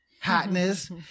hotness